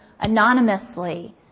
anonymously